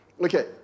Okay